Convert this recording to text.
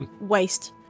Waste